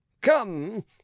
come